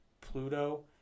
Pluto